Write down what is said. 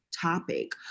topic